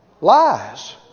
Lies